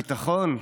ביטחון,